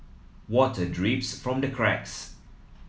water drips from the cracks